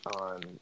on